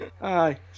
hi